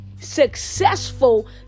successful